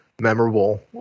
memorable